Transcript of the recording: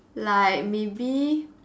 like maybe